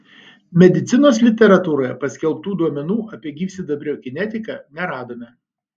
medicinos literatūroje paskelbtų duomenų apie gyvsidabrio kinetiką neradome